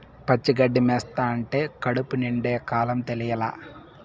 పచ్చి గడ్డి మేస్తంటే కడుపు నిండే కాలం తెలియలా